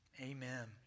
Amen